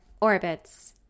Orbits